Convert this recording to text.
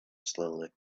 slowly